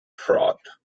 fraud